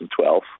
2012